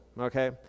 okay